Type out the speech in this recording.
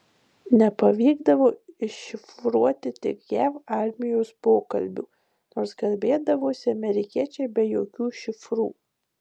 nepavykdavo iššifruoti tik jav armijos pokalbių nors kalbėdavosi amerikiečiai be jokių šifrų